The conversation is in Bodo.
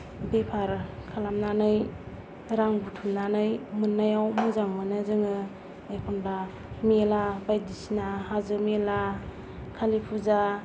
बेफार खालामनानै रां बुथुमनानै मोन्नायाव मोजां मोनो जोङो एखनब्ला मेला बायदिसिना हाजो मेला खालि फुजा